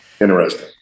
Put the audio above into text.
Interesting